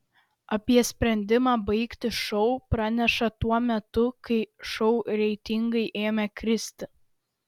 apie sprendimą baigti šou pranešta tuo metu kai šou reitingai ėmė kristi